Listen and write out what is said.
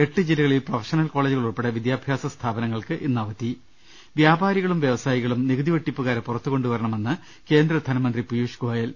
എട്ട് ജില്ലകളിൽ പ്രൊഫഷണൽ കോളേജുകൾ ഉൾപ്പെടെ വിദ്യാ ഭ്യാസ സ്ഥാപനങ്ങൾക്ക് ഇന്ന് അവധി വ്യാപാരികളും വൃവസായികളും നികുതിവെട്ടിപ്പുകാരെ പുറത്തുകൊ ണ്ടുവരണമെന്ന് കേന്ദ്ര ധനമന്ത്രി പീയുഷ് ഗോയൽ